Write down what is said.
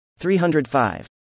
305